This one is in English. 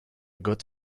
good